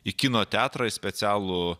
į kino teatrą į specialų